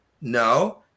No